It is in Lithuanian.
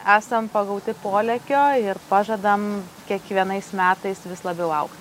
esam pagauti polėkio ir pažadam kiekvienais metais vis labiau augt